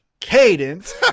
cadence